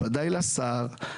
בוודאי לשר,